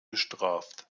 bestraft